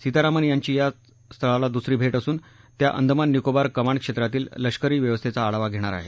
सीतारामन यांची या स्थळाला दुसरी भेट असून त्या अंदमान निकोबार कमांड क्षेत्रातील लष्करी व्यवस्थेचा आढावा घेणार आहेत